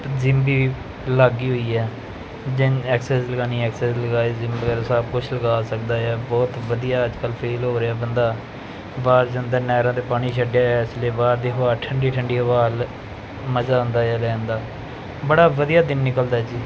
gym ਵੀ ਲੱਗ ਗਈ ਹੋਈ ਹੈ ਜਿਹਨੇ ਐਕਸਰਸਾਈਜ਼ ਲਗਾਉਣੀ ਐਕਸਰਸਾਈਜ਼ ਲਗਾਏ ਜਿੰਮ ਵਗੈਰਾ ਸਭ ਕੁਛ ਲਗਾ ਸਕਦਾ ਆ ਬਹੁਤ ਵਧੀਆ ਅੱਜ ਕੱਲ੍ਹ ਫੇਲ ਹੋ ਰਿਹਾ ਬੰਦਾ ਬਾਹਰ ਜਾਂਦਾ ਨਹਿਰਾਂ 'ਤੇ ਪਾਣੀ ਛੱਡਿਆ ਹੋਇਆ ਇਸ ਲਈ ਬਾਹਰ ਦੀ ਹਵਾ ਠੰਢੀ ਠੰਢੀ ਹਵਾ ਮਜ਼ਾ ਆਉਂਦਾ ਹੈ ਰਹਿਣ ਦਾ ਬੜਾ ਵਧੀਆ ਦਿਨ ਨਿਕਲਦਾ ਜੀ